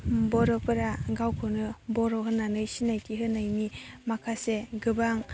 बर'फोरा गावखौनो बर' होननानै सिनायथि होनायनि माखासे गोबां